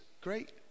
great